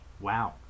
Wow